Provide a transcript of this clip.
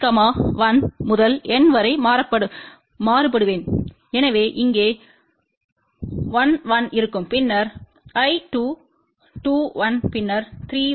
I 1 முதல் N வரை மாறுபடுவேன் எனவே இங்கே 1 1 இருக்கும் பின்னர் i 2 2 1 பின்னர் 3 1 பின்னர் N 1 ஆக இருப்பேன்